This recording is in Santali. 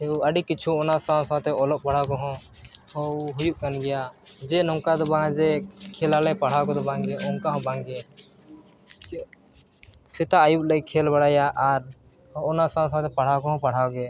ᱟᱹᱰᱤ ᱠᱤᱪᱷᱩ ᱚᱱᱟ ᱥᱟᱶᱼᱥᱟᱶᱛᱮ ᱚᱞᱚᱜᱼᱯᱟᱲᱦᱟᱣ ᱠᱚᱦᱚᱸ ᱦᱚᱸ ᱦᱩᱭᱩᱜ ᱠᱟᱱ ᱜᱮᱭᱟ ᱡᱮ ᱱᱚᱝᱠᱟ ᱫᱚ ᱵᱟᱝ ᱡᱮ ᱠᱷᱮᱹᱞᱟᱞᱮ ᱯᱟᱲᱦᱟᱣ ᱠᱚᱫᱚ ᱵᱟᱝ ᱜᱮ ᱚᱱᱠᱟ ᱦᱚᱸ ᱵᱟᱝ ᱜᱮ ᱥᱮᱛᱟᱜ ᱟᱹᱭᱩᱵᱞᱮ ᱠᱷᱮᱹᱞ ᱵᱟᱲᱟᱭᱟ ᱟᱨ ᱚᱱᱟ ᱥᱟᱶᱼᱥᱟᱶᱛᱮ ᱯᱟᱲᱦᱟᱣ ᱠᱚᱦᱚᱸ ᱯᱟᱲᱦᱟᱣ ᱜᱮ